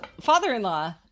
father-in-law